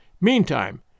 Meantime